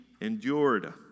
endured